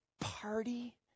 party